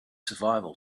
survival